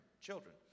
Children